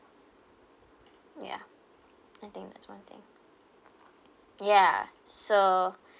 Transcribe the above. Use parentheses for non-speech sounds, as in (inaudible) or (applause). yeah I think that is one thing yeah so (breath)